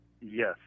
Yes